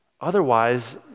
Otherwise